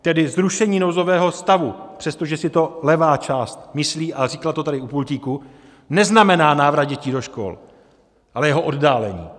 Tedy zrušení nouzového stavu, přestože si to levá část myslí a říkala to tady u pultíku, neznamená návrat dětí do škol, ale jeho oddálení.